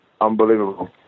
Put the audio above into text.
unbelievable